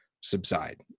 subside